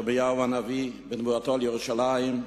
ירמיהו הנביא בנבואתו על ירושלים.